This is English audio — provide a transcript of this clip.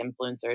influencers